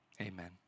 Amen